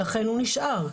לכן הוא נשאר.